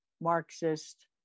Marxist